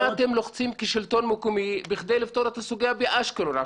מה אתם עושים כשלטון מקומי כדי לפתור את הסוגיה באשקלון?